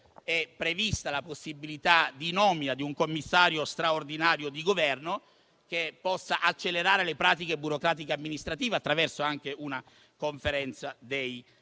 è prevista la possibilità di nomina di un Commissario straordinario di Governo che possa accelerare le pratiche burocratiche e amministrative, anche attraverso una Conferenza dei servizi.